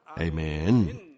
Amen